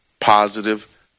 positive